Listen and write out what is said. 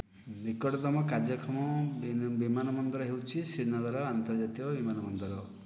ନିକଟତମ କାର୍ଯ୍ୟକ୍ଷମ ବିମାନବନ୍ଦର ହେଉଛି ଶ୍ରୀନଗର୍ ଆନ୍ତର୍ଜାତୀୟ ବିମାନବନ୍ଦର